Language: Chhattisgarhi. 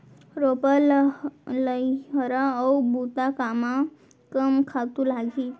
रोपा, लइहरा अऊ बुता कामा कम खातू लागही?